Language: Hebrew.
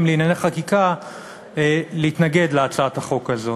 לענייני חקיקה להתנגד להצעת החוק הזאת.